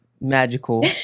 magical